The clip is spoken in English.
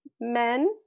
men